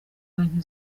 banki